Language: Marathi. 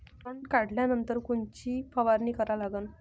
तन काढल्यानंतर कोनची फवारणी करा लागन?